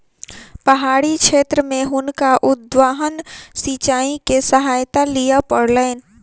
पहाड़ी क्षेत्र में हुनका उद्वहन सिचाई के सहायता लिअ पड़लैन